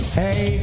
hey